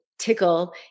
tickle